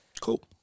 Cool